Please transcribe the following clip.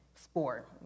sport